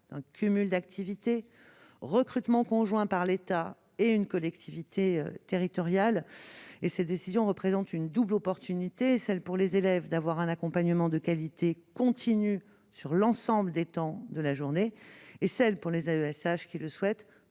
d'un cumul d'activités recrutement conjoint par l'État et une collectivité territoriale et cette décision représente une double opportunité, celle pour les élèves d'avoir un accompagnement de qualité continue sur l'ensemble des temps de la journée et celle pour les AESH qui le souhaitent